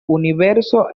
universo